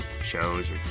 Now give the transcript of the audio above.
shows